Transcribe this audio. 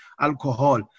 alcohol